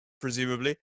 presumably